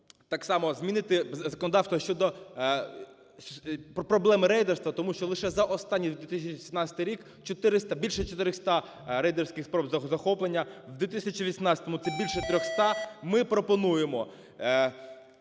так само змінити законодавство щодо проблеми рейдерства. Тому що за останній, 2017 рік, 400, більше 400 рейдерських спроб захоплення, в 2018-му – це більше 300. Ми пропонуємо